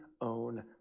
own